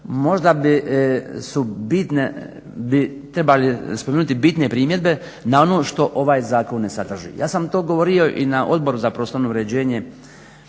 Možda su bitne, trebali spomenuti bitne primjedbe na ono što ovaj zakon ne sadrži. Ja sam to govorio i na Odboru za prostorno uređenje